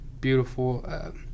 beautiful